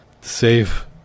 save